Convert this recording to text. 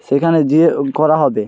সেখানে যেয়ে করা হবে